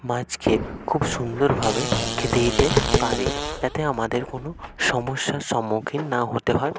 মাছকে খুব সুন্দরভাবে খেতে দিতে পারি যাতে আমাদের কোনো সমস্যার সম্মুখীন না হতে হয়